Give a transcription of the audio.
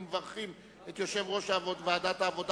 ומברכים את יושב-ראש ועדת העבודה